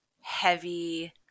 heavy